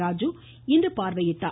ராஜு இன்று பார்வையிட்டார்